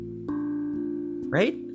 Right